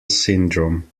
syndrome